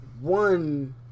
one